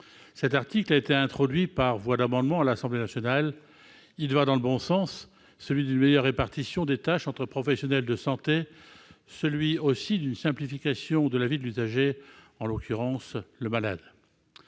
Cet article, introduit par voie d'amendement à l'Assemblée nationale, va dans le bon sens, celui d'une meilleure répartition des tâches entre professionnels de santé, celui aussi d'une simplification de la vie de l'usager, en l'occurrence le malade.